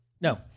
No